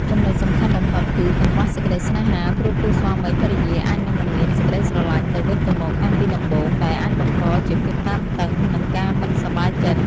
ចំណុចសំខាន់បំផុត គឺ កង្វះសេចក្តីស្នេហា ព្រោះគូស្វាមីភរិយាអាចនឹងមិនមានសេចក្តីស្រលាញ់ទៅវិញទៅមកតាំងពីដំបូង ដែលអាចបង្កជាភាពតានតឹង និងការមិនសប្បាយចិត្ត។